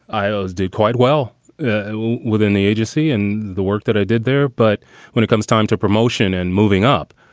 i ah did quite well and well within the agency and the work that i did there. but when it comes time to promotion and moving up,